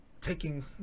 Taking